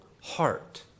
heart